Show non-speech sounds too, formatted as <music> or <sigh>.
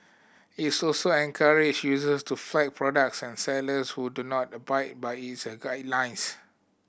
it <unintelligible> encourage users to flag products and sellers who do not abide by its a guidelines